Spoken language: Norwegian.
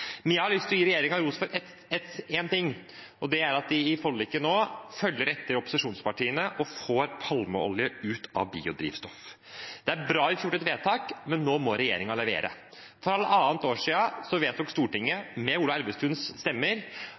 Men jeg har lyst til gi regjeringen ros for én ting, og det er at de i forliket nå følger etter opposisjonspartiene og får palmeolje ut av biodrivstoff. Det er bra at vi får gjort et vedtak, men nå må regjeringen levere. For halvannet år siden vedtok Stortinget, med Ola Elvestuens